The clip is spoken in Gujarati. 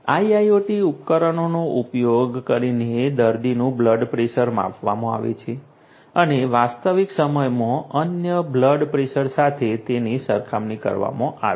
IIoT ઉપકરણોનો ઉપયોગ કરીને દર્દીનું બ્લડ પ્રેશર માપવામાં આવે છે અને વાસ્તવિક સમયમાં અન્ય બ્લડ પ્રેશર સાથે તેની સરખામણી કરવામાં આવે છે